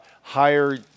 higher